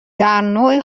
درنوع